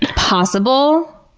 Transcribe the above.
possible?